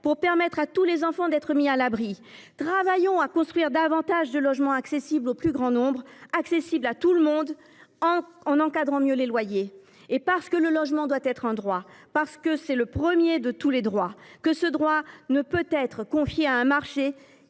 pour permettre à tous les enfants d’être mis à l’abri. Travaillons à construire davantage de logements accessibles au plus grand nombre, accessibles à tout le monde, en encadrant mieux les loyers. Le logement doit être un droit, peut être le premier de tous, qui ne peut être confié à un marché